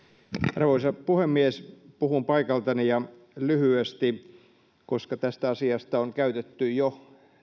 arvoisa puhemies puhun paikaltani ja lyhyesti koska tästä asiasta on käytetty jo